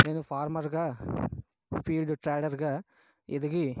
నేను ఫార్మర్గా ఫీడ్ ట్రేడర్గా ఎదిగి